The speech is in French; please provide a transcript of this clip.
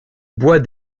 bois